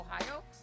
Ohio